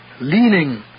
leaning